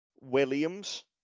Williams